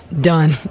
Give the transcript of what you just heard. done